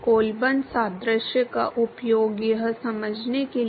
इसलिए हमारे पास पर्याप्त मात्रा में डेटा है जो आपको m और n की गणना करने में सक्षम होना चाहिए